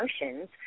emotions